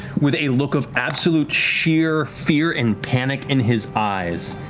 with a look of absolute sheer fear and panic in his eyes.